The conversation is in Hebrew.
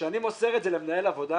כשאני מוסר את זה למנהל עבודה,